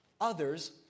others